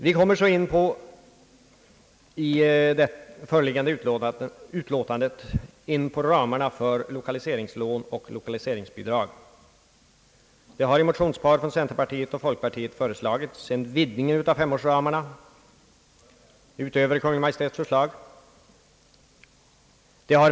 Vi kommer så i det föreliggande utskottsutlåtandet in på ramarna för lokaliseringslån och lokaliseringsbidrag. Det har i ett motionspar från centerpartiet och folkpartiet föreslagits en vidgning av femårsramarna utöver Kungl. Maj:ts förslag.